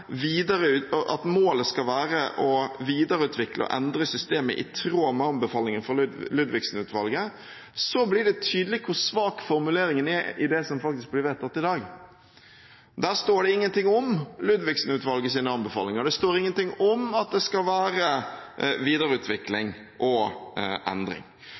at målet skal være å videreutvikle og endre systemet i tråd med anbefalingene fra Ludvigsen-utvalget – ble det tydelig hvor svak formuleringen i det som faktisk blir vedtatt i dag, er. Der står det ingenting om Ludvigsen-utvalgets anbefalinger. Det står ingenting om at det skal være videreutvikling og endring.